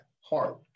heart